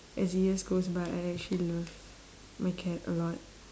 as the years goes by I actually love my cat a lot